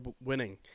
winning